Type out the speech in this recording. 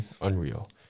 unreal